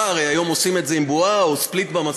היום עושים את זה עם בועה או split במסך,